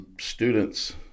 students